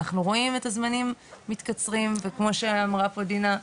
ואנחנו רואים את הזמנים מתקצרים וכמו שאמרה פה דינה,